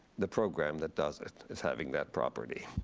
the program that does it is having that property.